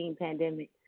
pandemic